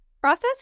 process